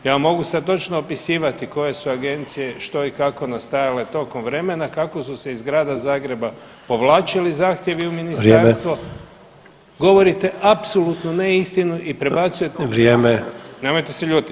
Ja vam mogu sad točno opisivati koje su agencije što i kako nastajale tokom vremena, kako su se iz Grada Zagreba povlačili zahtjevi u ministarstvo [[Upadica: Vrijeme.]] govorite apsolutnu neistinu i prebacujete … [[Govornici govore istovremeno, ne razumije se.]] [[Upadica: Vrijeme.]] nemojte se ljutiti.